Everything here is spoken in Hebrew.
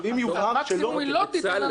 מקסימום היא לא תיתן הנחה.